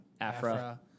Afra